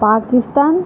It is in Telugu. పాకిస్తాన్